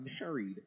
married